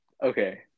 Okay